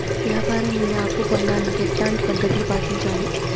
వ్యాపారం మీద అప్పు పొందాలంటే ఎట్లాంటి పద్ధతులు పాటించాలి?